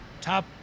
top